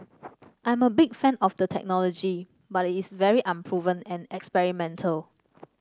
I am a big fan of the technology but it is very unproven and experimental